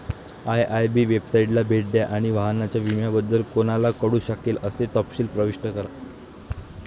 IIB वेबसाइटला भेट द्या आणि वाहनाच्या विम्याबद्दल कोणाला कळू शकेल असे तपशील प्रविष्ट करा